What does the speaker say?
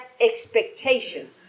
expectation